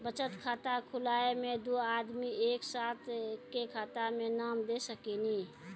बचत खाता खुलाए मे दू आदमी एक साथ एके खाता मे नाम दे सकी नी?